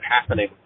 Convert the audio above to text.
happening